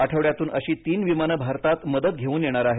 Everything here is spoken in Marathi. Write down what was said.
आठवड्यातून अशी तीन विमानं भारतात मदत घेवून येणार आहेत